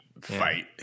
Fight